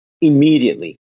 immediately